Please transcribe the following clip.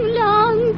long